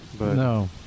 No